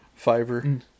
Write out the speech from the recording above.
Fiverr